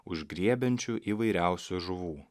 užgriebiančiu įvairiausių žuvų